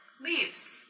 Leaves